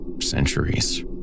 Centuries